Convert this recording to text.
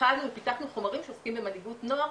פיתחנו חומרים שעוסקים במנהיגות נוער,